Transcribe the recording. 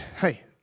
hey